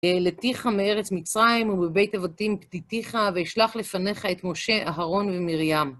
העלתיך מארץ מצרים ומבית עבדים פדיתיך ואשלח לפניך את משה, אהרון ומרים.